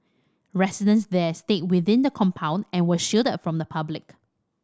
residents there stayed within the compound and were shielded from the public